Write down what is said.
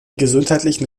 gesundheitlichen